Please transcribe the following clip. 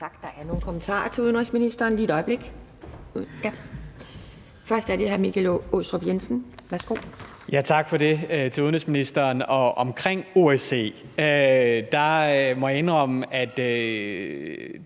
Der er nogle kommentarer til udenrigsministeren.